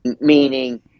Meaning